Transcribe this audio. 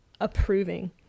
approving